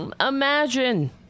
Imagine